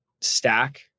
stack